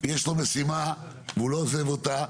יש לו משימה והוא לא עוזב אותה.